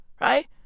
right